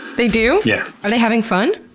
they do! yeah. are they having fun?